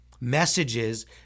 messages